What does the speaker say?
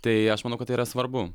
tai aš manau kad tai yra svarbu